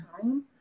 time